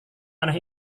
aneh